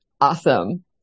Awesome